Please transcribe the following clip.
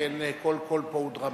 שכן כל קול פה הוא דרמטי.